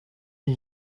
lil